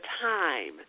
time